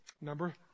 Number